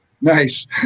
Nice